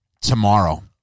tomorrow